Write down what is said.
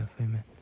Amen